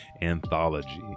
Anthology